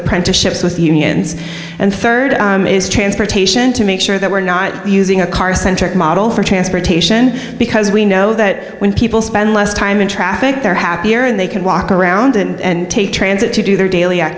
apprenticeships with unions and rd is transportation to make sure that we're not using a car centric model for transportation because we know that when people spend less time in traffic they're happier and they can walk around and take transit